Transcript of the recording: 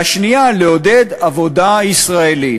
והשנייה, לעודד עבודה ישראלית.